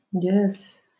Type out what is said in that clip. yes